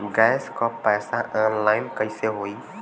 Gas क पैसा online कइसे होई?